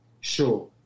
Sure